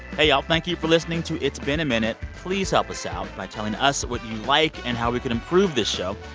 hey, y'all. thank you for listening to it's been a minute. please help us out by telling us what you like and how we can improve the show.